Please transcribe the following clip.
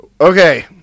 Okay